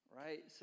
right